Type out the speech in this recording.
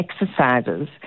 exercises